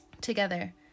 together